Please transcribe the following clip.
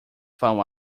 fun